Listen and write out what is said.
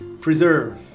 preserve